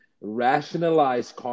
rationalize